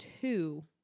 two